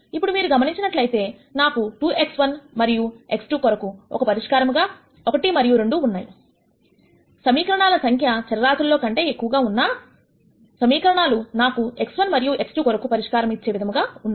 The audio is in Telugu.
ఇప్పుడు మీరు గమనించినట్లయితే నాకు 2 x1 మరియు x2 కొరకు ఒక పరిష్కారముగా 1 మరియు 2 ఉంటాయి సమీకరణాల సంఖ్య చరరాశుల కంటే ఎక్కువగా ఉన్నా సమీకరణాలు నాకు x1 మరియు x2 కొరకు పరిష్కారము ఇచ్చే విధముగా ఉన్నాయి